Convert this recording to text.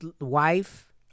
wife